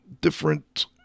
different